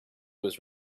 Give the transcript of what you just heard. was